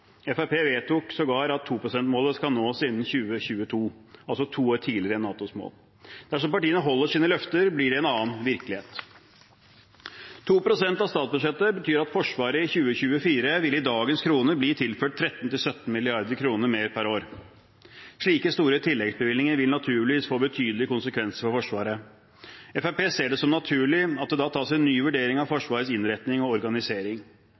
vedtok sågar at 2 pst.-målet skal nås innen 2022, altså to år tidligere enn NATOs mål. Dersom partiene holder sine løfter, blir det en annen virkelighet. 2 pst. av statsbudsjettet betyr at Forsvaret i 2024 med dagens kroneverdi ville blitt tilført 13–17 mrd. kr mer per år. Slike store tilleggsbevilgninger vil naturligvis få betydelige konsekvenser for Forsvaret. Fremskrittspartiet ser det som naturlig at det da tas en ny vurdering av Forsvarets innretning og organisering.